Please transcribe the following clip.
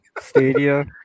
Stadia